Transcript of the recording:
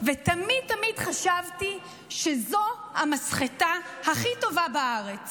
ותמיד תמיד חשבתי שזו המסחטה הכי טובה בארץ.